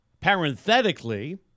parenthetically